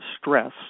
stress